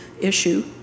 issue